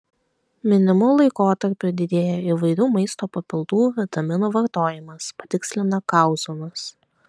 minimu laikotarpiu didėja įvairių maisto papildų vitaminų vartojimas patikslina kauzonas